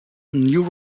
new